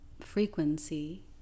frequency